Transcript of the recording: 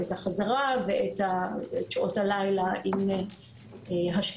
את החזרה ואת שעות הלילה עם השגחה.